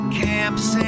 camps